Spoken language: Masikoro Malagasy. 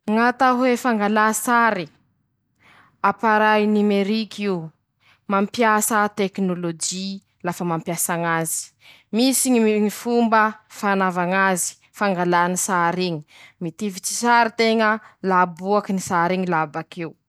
Ñy fomba fiasany ñy sitilô: -Ñy sitilô natao hanorata, lafa teña ro mianatsy, lafa teña ro miasa mila sitilô, laha teña ro tsy misy sitilô tsy afaky hanoratsy, -Misy koa ñ'olo sasany, mila ñy sitilô hañamboarany sary ;ñ'asany ñy sitilô, lafa ñy raha soraty iaby zay ilà sitilô.